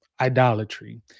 idolatry